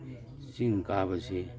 ꯆꯤꯡ ꯀꯥꯕꯁꯤ